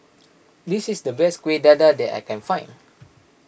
this is the best Kuih Dadar that I can find